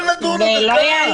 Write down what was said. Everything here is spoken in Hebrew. אבל נדון עוד דקה.